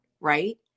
right